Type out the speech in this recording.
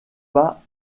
pas